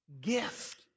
gift